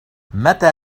متى